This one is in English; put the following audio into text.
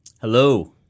Hello